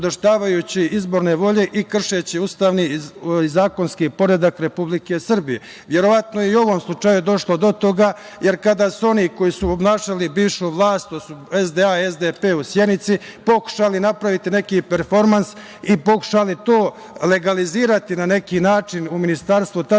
izborne volje i kršeći ustavni i zakonski poredak Republike Srbije. Verovatno je i u ovom slučaju došlo do toga, jer kada su oni koji su obmnašali bivšu vlast to su SDA i SDP u Sjenici, pokušali napraviti neki performans i pokušali to legalizovati na neki način u ministarstvu,